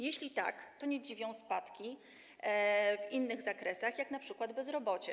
Jeśli tak, to nie dziwią spadki w innych zakresach, np. bezrobocia.